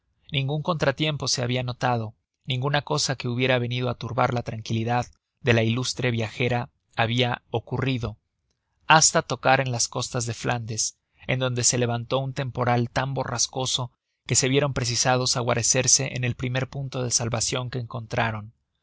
ningun contratiempo se habia notado ninguna cosa que hubiera venido á turbar la tranquilidad de la ilustre viajera habia acurrido hasta tocar en las costas de flandes en donde se levantó un temporal tan borrascoso que se vieron precisados á guarecerse en el primer punto de salvacion que encontraron